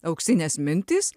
auksinės mintys